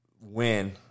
win